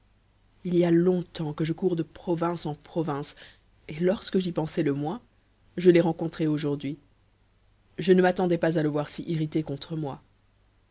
chercher ily a longtemps que je cours de province en province et lorsque j'y pensais le moins je l'ai rencontré aujourd'hui je ne m'attendais pas à le voir si irrité contre moi